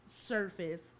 surface